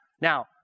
Now